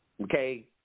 Okay